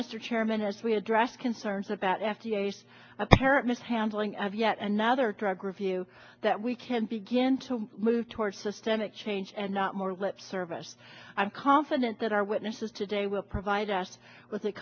mr chairman as we address concerns about f d a apparent mishandling of yet another drug review that we can begin to move towards systemic change and not more lip service i'm confident that our witnesses today will provide us with a